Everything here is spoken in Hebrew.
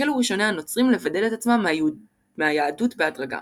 החלו ראשוני הנוצרים לבדל את עצמם מהיהדות בהדרגה.